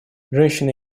женщины